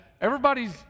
everybody's